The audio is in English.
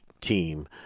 team